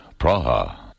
Praha